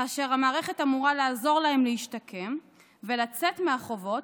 כאשר המערכת אמורה לעזור להם להשתקם ולצאת מהחובות,